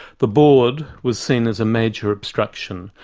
the board was seen as a major obstruction,